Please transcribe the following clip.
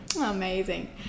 Amazing